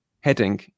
heading